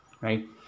Right